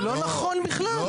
לא,